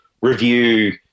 review